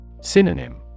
Synonym